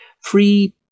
free